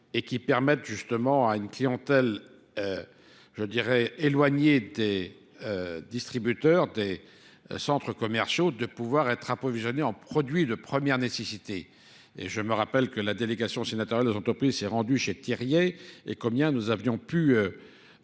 et qui permettent justement à une clientèle, je dirais, éloignée des distributeurs, des centres commerciaux, de pouvoir être provisionnés en produits de première nécessité. Et je me rappelle que la délégation sénatariale aux entreprises s'est rendue chez Tirier et combien nous avions pu